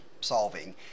solving